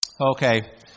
Okay